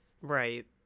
Right